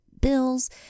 bills